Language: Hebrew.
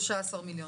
יש שם 13 מיליון.